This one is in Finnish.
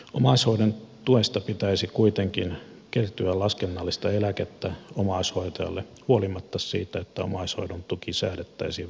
omaishoidon tuesta pitäisi kuitenkin kertyä laskennallista eläkettä omaishoitajalle huolimatta siitä että omaishoidon tuki säädettäisiin verovapaaksi